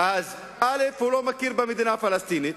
אז הוא לא מכיר במדינה פלסטינית,